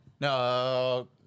no